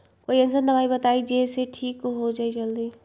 कोई अईसन दवाई बताई जे से ठीक हो जई जल्दी?